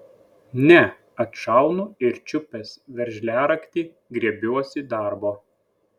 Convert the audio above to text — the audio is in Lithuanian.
ne atšaunu ir čiupęs veržliaraktį griebiuosi darbo